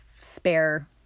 spare